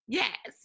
yes